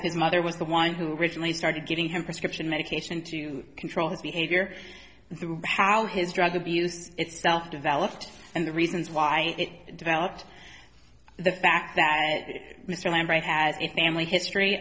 that his mother was the one who originally started giving him prescription medication to control his behavior through how his drug abuse itself developed and the reasons why it developed the fact that mr lambright has a family history